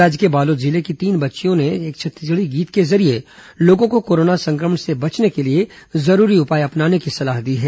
राज्य के बालोद जिले की तीन बच्चियों ने एक छत्तीसगढ़ी गीत के जरिये लोगों को कोरोना सं क्रमण से बचने के लिए जरूरी उपाए अपनाने की सलाह दी है